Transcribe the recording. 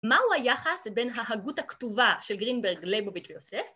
‫מהו היחס בין ההגות הכתובה ‫של גרינברג, לייבוביץ' ויוסף?